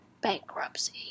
bankruptcy